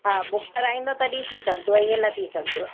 हा बुक कराईंदव तॾहिं थी सघंदव ईअं न थी सघंदव